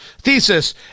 thesis